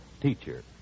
teacher